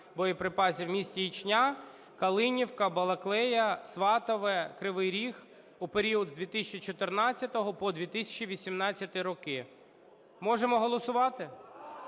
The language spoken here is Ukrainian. боєприпасів в місті Ічня, Калинівка, Балаклія, Сватове, Кривий Ріг у період з 2014 по 2018 роки. Можемо голосувати?